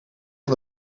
van